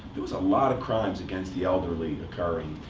there was a lot of crimes against the elderly occurring.